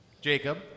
Jacob